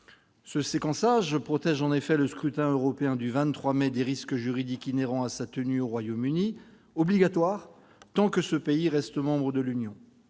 Ce séquençage protège en effet le scrutin européen, ouvert du 23 au 26 mai, des risques juridiques inhérents à sa tenue au Royaume-Uni, obligatoire tant que ce pays reste membre de l'Union.